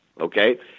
okay